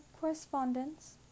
correspondence